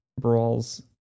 Brawl's